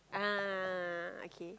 ah okay